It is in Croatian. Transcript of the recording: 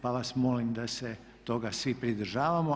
Pa vas molim da se toga svi pridržavamo.